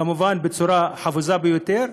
כמובן בצורה חפוזה ביותר.